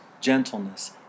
gentleness